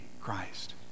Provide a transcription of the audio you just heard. Christ